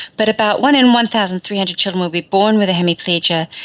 but about one in one thousand three hundred children will be born with a hemiplegia,